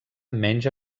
menys